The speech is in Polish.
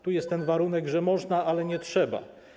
Tu jest ten warunek, że można, ale nie trzeba.